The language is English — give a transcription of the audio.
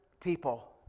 people